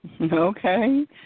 Okay